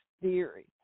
theory